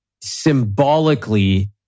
symbolically